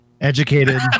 educated